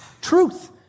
truth